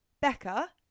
Becca